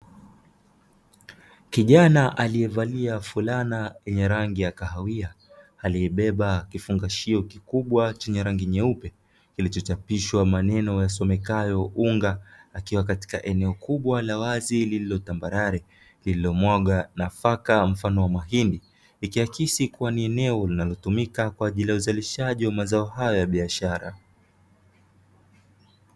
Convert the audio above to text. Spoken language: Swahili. Kijana aliye valia fulana yenye rangi ya kahawia aliye beba kifungashio kikubwa chenye rangi nyeupe, kilicho chapishwa maneno yasomekayo "unga", akiwa katika eneo kubwa la wazi lililo tambalale lililomwagwa nafaka mfano wa mahindi ikiakisi kuwa ni eneo linalotumika kwa ajili ya uzalishaji wa mazao hayo ya biashara.